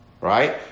right